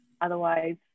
otherwise